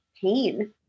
pain